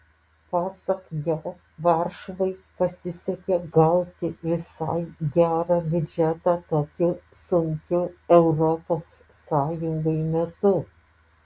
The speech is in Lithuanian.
pasak jo varšuvai pasisekė gauti visai gerą biudžetą tokiu sunkiu europos sąjungai metu